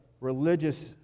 religious